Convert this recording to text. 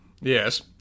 Yes